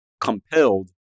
compelled